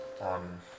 on